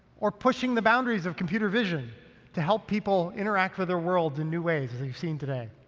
or pushing the boundaries of computer vision to help people interact with their world in new ways, as you've seen today.